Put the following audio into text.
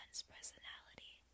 Personality